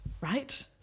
right